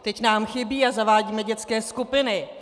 Teď nám chybí a zavádíme dětské skupiny.